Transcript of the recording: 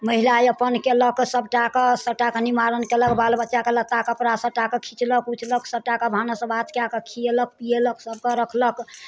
महिला अपन कयलक सभटाके सभटाके निवारण कयलक बाल बच्चाके लत्ता कपड़ा सभटाके खिचलक उचलक सभटाके भानस भात कए कऽ खियेलक पियेलक सभके रखलक